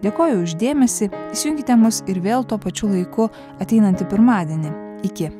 dėkoju už dėmesį įjunkite mus ir vėl tuo pačiu laiku ateinantį pirmadienį iki